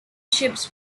ships